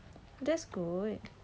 that's good